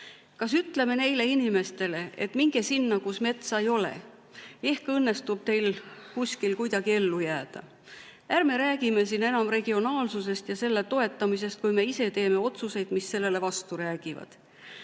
Kas ütleme neile inimestele, et minge sinna, kus metsa ei ole? Ehk õnnestub teil kuskil kuidagi ellu jääda. Ärme räägime siin enam regionaalsusest ja selle toetamisest, kui me ise teeme otsuseid, mis sellele vastu räägivad. Vahel